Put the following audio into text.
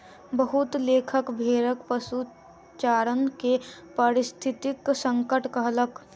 बहुत लेखक भेड़क पशुचारण के पारिस्थितिक संकट कहलक